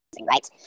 Right